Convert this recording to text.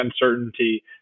uncertainty